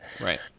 Right